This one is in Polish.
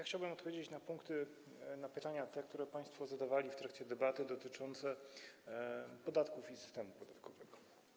Chciałbym odpowiedzieć na te pytania, które państwo zadawali w trakcie debaty, dotyczące podatków i systemu podatkowego.